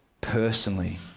personally